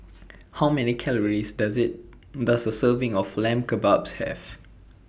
How Many Calories Does IT Does A Serving of Lamb Kebabs Have